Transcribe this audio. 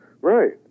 Right